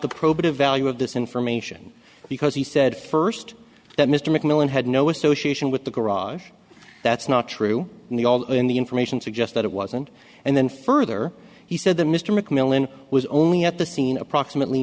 the probative value of this information because he said first that mr mcmillan had no association with the garage that's not true and the all in the information suggests that it wasn't and then further he said that mr mcmillan was only at the scene approximately